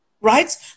right